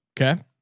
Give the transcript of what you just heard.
Okay